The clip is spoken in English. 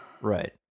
Right